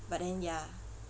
but then ya